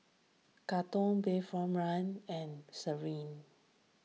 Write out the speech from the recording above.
Katong Bayfront Link and Serene